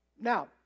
Now